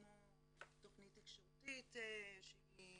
כמו תכנית תקשורתית שהיא